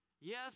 Yes